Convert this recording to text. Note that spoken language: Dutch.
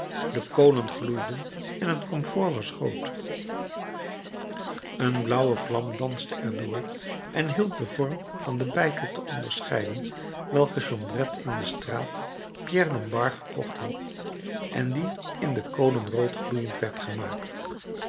de kolen gloeiden en het komfoor was rood een blauwe vlam danste er door en hielp den vorm van den beitel te onderscheiden welke jondrette in de straat pierre lombard gekocht had en die in de kolen rood gloeiend werd gemaakt